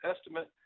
estimate